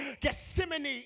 Gethsemane